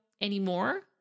anymore